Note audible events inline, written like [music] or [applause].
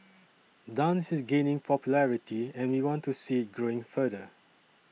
[noise] dance is gaining popularity and we want to see it growing further